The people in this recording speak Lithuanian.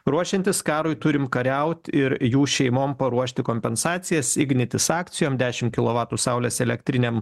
ruošiantis karui turim kariaut ir jų šeimom paruošti kompensacijas ignitis akcijom dešimt kilovatų saulės elektrinėm